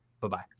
Bye-bye